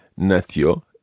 nació